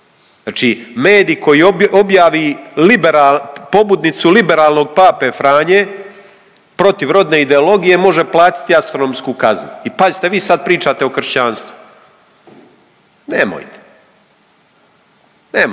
znači medij koji objavi pobudnicu liberalnog pape Franje protiv rodne ideologije može platiti astronomsku kaznu. I pazite vi sad pričate o kršćanstvu. Nemojte! Nemojte!